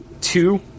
Two